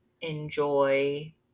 enjoy